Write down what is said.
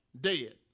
Dead